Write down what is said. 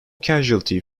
casualty